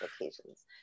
occasions